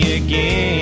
again